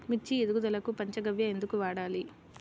మిర్చి ఎదుగుదలకు పంచ గవ్య ఎందుకు వాడాలి?